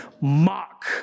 mock